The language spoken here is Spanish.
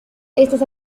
estas